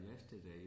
yesterday